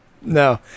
No